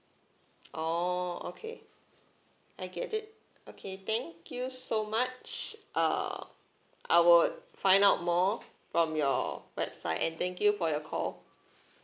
oh okay I get it okay thank you so much uh I would find out more from your website and thank you for your call